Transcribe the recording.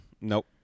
Nope